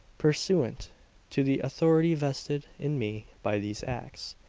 pursuant to the authority vested in me by these acts,